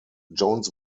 jones